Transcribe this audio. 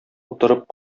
утырып